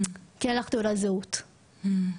כי אין לך תעודת זהות וחבל,